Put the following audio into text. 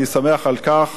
אני שמח על כך